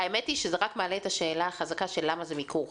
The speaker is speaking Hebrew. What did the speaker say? למען האמת זה רק מעלה חזק את השאלה למה זה מיקור חוץ.